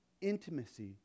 Intimacy